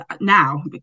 now